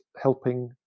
helping